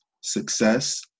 Success